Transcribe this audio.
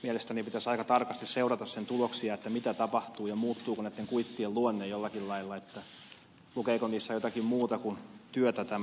mielestäni pitäisi aika tarkasti seurata sen tuloksia mitä tapahtuu ja muuttuuko näitten kuittien luonne jollakin lailla lukeeko niissä jotakin muuta kuin työpaikan